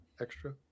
Extra